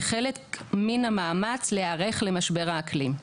כחלק מהמאמץ להיערך למשבר האקלים.